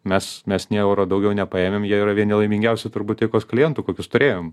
mes mes nei euro daugiau nepaėmėm jie yra vieni laimingiausių turbūt eikos klientų kokius turėjom